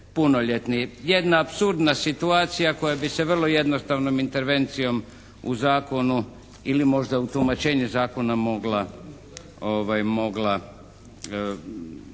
Jedna apsurdna situacija koja bi se vrlo jednostavnom intervencijom u zakonu ili možda u tumačenju zakona mogla